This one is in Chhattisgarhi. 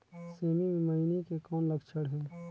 सेमी मे मईनी के कौन लक्षण हे?